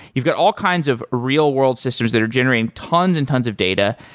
you've got all kinds of real-world systems that are generating tons and tons of data.